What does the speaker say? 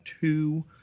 two